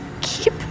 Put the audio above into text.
keep